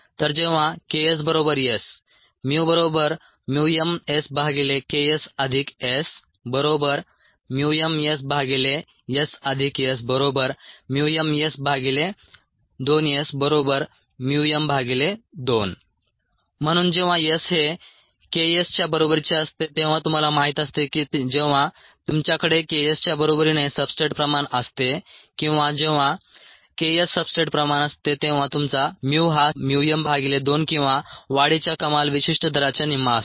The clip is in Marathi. तर जेव्हा Ks S mSKSSmSSSmS2Sm2 म्हणून जेव्हा S हे K s च्या बरोबरीचे असते तेव्हा तुम्हाला माहित असते की जेव्हा तुमच्याकडे K s च्या बरोबरीने सब्सट्रेट प्रमाण असते किंवा जेव्हा K s सबस्ट्रेट प्रमाण असते तेव्हा तुमचा mu हा mu m भागिले 2 किंवा वाढीच्या कमाल विशिष्ट दराच्या निम्मा असतो